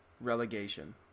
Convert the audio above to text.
relegation